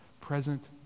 present